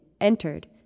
entered